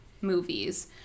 movies